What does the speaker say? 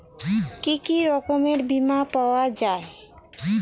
কি কি রকমের বিমা পাওয়া য়ায়?